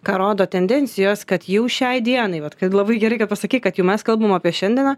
ką rodo tendencijos kad jau šiai dienai vat kad labai gerai kad pasakei kad jau mes kalbam apie šiandieną